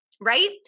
right